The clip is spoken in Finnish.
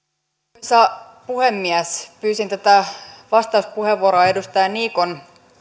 arvoisa puhemies pyysin tätä vastauspuheenvuoroa edustaja niikon